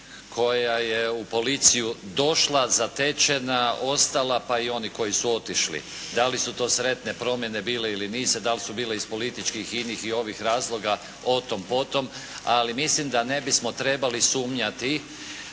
koja je u policiju došla zatečena ostala, pa i oni koji su otišli. Da li su to sretne promjene bile ili nisu, da li su bile iz političkih, inih i ovih razloga, otom, potom, ali mislim da ne bismo trebali sumnjati